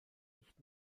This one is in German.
nicht